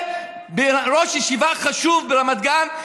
ראש ישיבה חשוב ברמת גן,